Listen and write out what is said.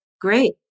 great